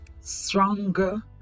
Stronger